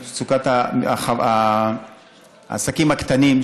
במצוקת העסקים הקטנים,